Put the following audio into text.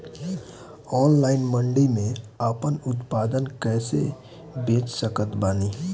Online मंडी मे आपन उत्पादन कैसे बेच सकत बानी?